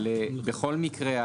בכל מקרה,